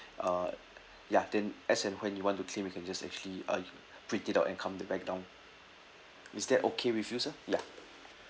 uh ya then as and when you want to claim we can just actually uh print it out and count it back down is that okay with you sir ya